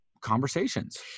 conversations